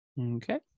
Okay